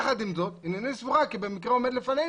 יחד עם זאת, הנני סבורה כי במקרה העומד לפנינו